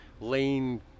lane